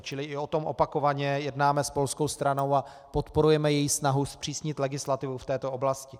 Čili i o tom opakovaně jednáme s polskou stranou a podporujeme její snahu zpřísnit legislativu v této oblasti.